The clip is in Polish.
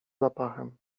zapachem